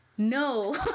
No